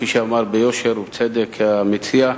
כפי שאמר ביושר ובצדק המציע,